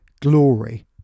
glory